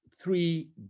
three